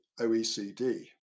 OECD